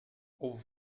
over